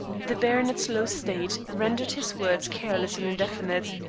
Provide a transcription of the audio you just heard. the baronet's low state rendered his words careless and indefinite,